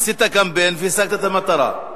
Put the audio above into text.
עשית קמפיין והשגת את המטרה,